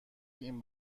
این